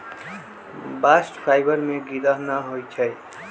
bast fibre में गिरह न होई छै